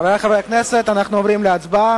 חברי חברי הכנסת, אנחנו עוברים להצבעה.